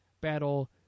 battle